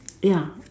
ya